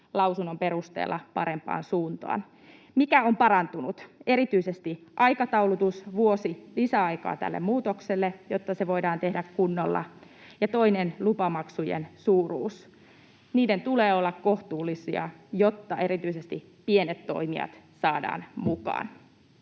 lausunnon perusteella parempaan suuntaan. Mikä on parantunut? Erityisesti aikataulutus: vuosi lisäaikaa tälle muutokselle, jotta se voidaan tehdä kunnolla. Ja toinen: lupamaksujen suuruus. Niiden tulee olla kohtuullisia, jotta erityisesti pienet toimijat saadaan mukaan.